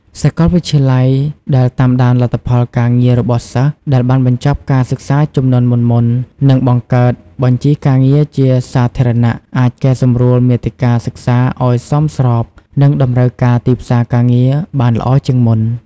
សាកលវិទ្យាល័យដែលតាមដានលទ្ធផលការងាររបស់សិស្សដែលបានបញ្ចប់ការសិក្សាជំនាន់មុនៗ និងបង្កើតបញ្ជីការងារជាសាធារណៈ អាចកែសម្រួលមាតិកាសិក្សាឲ្យសមស្របនឹងតម្រូវការទីផ្សារការងារបានល្អជាងមុន។